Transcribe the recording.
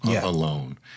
alone